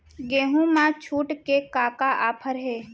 गेहूँ मा छूट के का का ऑफ़र हे?